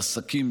לעסקים,